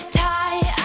tie